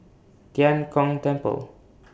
Tian Kong Temple